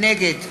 נגד